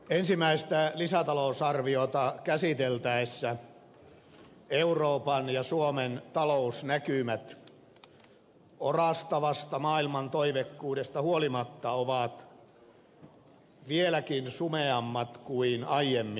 ensimmäistä lisätalousarviota käsiteltäessä euroopan ja suomen talousnäkymät maailman orastavasta toiveikkuudesta huolimatta ovat vieläkin sumeammat kuin aiemmin